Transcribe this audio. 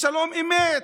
לשלום אמת,